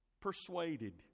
persuaded